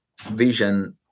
vision